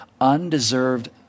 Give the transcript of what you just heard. undeserved